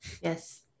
Yes